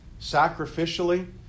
Sacrificially